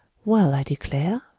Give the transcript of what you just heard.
well, i declare!